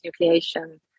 nucleation